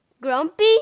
Grumpy